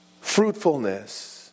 Fruitfulness